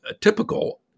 typical